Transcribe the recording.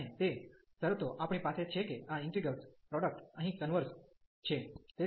અને તે શરતો આપણી પાસે છે કે આ ઇન્ટિગ્રેલ્સ પ્રોડક્ટ અહીં કન્વર્ઝ છે